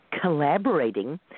collaborating